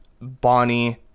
Bonnie